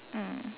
mm